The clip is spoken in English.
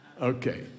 Okay